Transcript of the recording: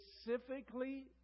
specifically